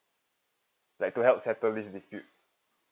like to help settle this dispute